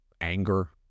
anger